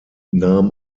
nahm